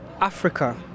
Africa